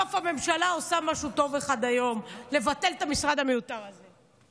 סוף-סוף הממשלה עושה משהו טוב אחד היום: לבטל את המשרד המיותר הזה.